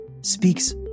speaks